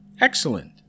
Excellent